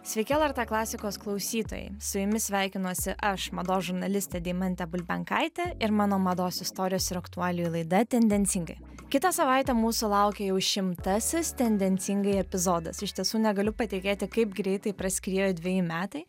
sveiki lrt klasikos klausytojai su jumis sveikinuosi aš mados žurnalistė deimantė bulbenkaitė ir mano mados istorijos ir aktualijų laida tendencingai kitą savaitę mūsų laukia jau šimtasis tendencingai epizodas iš tiesų negaliu patikėti kaip greitai praskriejo dveji metai